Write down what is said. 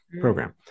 program